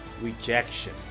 rejection